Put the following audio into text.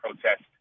protest